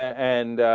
and